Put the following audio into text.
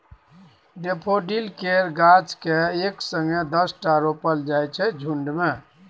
daffodil केर गाछ केँ एक संगे दसटा रोपल जाइ छै झुण्ड मे